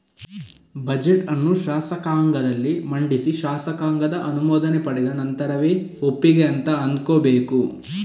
budget ಅನ್ನು ಶಾಸಕಾಂಗದಲ್ಲಿ ಮಂಡಿಸಿ ಶಾಸಕಾಂಗದ ಅನುಮೋದನೆ ಪಡೆದ ನಂತರವೇ ಒಪ್ಪಿಗೆ ಅಂತ ಅಂದ್ಕೋಬೇಕು